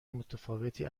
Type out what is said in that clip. متفاوتی